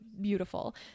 beautiful